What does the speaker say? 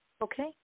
Okay